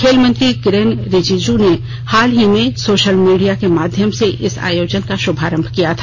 खेल मंत्री किरेन रिजिजू ने हाल ही में सोशल मीडिया के माध्यम से इस आयोजन का शुभारंभ किया था